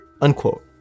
unquote